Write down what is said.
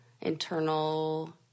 internal